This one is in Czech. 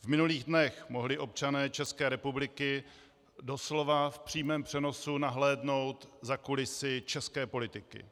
V minulých dnech mohli občané České republiky doslova v přímém přenosu nahlédnout za kulisy české politiky.